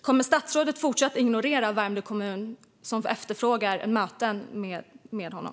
Kommer statsrådet att fortsätta att ignorera Värmdö kommun som efterfrågar möten med honom?